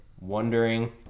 wondering